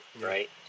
right